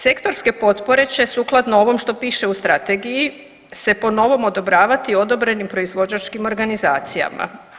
Sektorske potpore će, sukladno ovom što piše u Strategiji se po novom odobravati odobrenim proizvođačkim organizacijama.